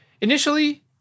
Initially